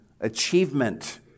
achievement